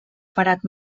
parat